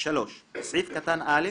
3. בסעיף קטן (א),